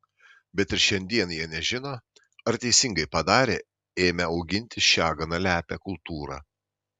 bet ir šiandien jie nežino ar teisingai padarė ėmę auginti šią gana lepią kultūrą